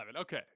Okay